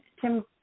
Tim